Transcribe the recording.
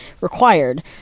required